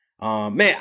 Man